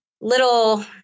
little